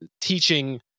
teaching